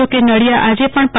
જો કે નળિયા આજે પણ પ